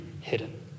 hidden